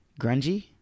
grungy